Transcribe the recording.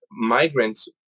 migrants